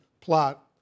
plot